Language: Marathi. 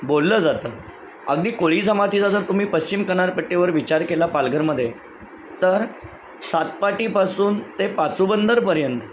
बोललं जातं अगदी कोळी जमातीचा जर तुम्ही पश्चिम किनारपट्टीवर विचार केला पालघरमध्ये तर सातपाटीपासून ते पाचूबंदरपर्यंत